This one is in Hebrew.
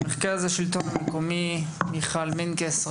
מרכז השלטון המקומי, מיכל מנקס.